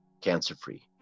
cancer-free